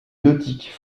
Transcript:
nautiques